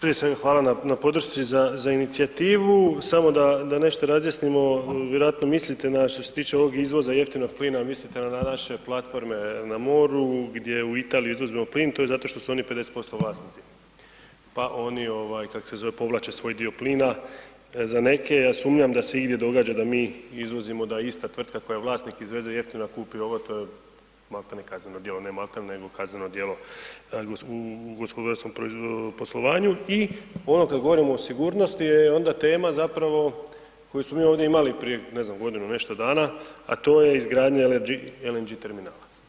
Prije svega, hvala na podršci za inicijativu, samo da nešto razjasnimo, vjerovatno mislite što se tiče ovog izvoza jeftinog plina, mislite na naše platforme na moru gdje u Italiju izvozimo plin, to je zato što su oni 50% vlasnici pa oni kako se zove, povlače svoj dio plina za neke, a sumnjam da se igdje događa da mi izvozimo, da ista tvrtka koja je vlasnik, izveze jeftino a kupi ovo, to je malti ne kazneno djelo, ne malti ne, nego kazneno djelo u gospodarskom poslovanju i ono kad govorimo o sigurnosti je onda tema zapravo koju smo mi ovdje imali prije ne znam, godinu i nešto dana, a to je izgradnja LNG terminala.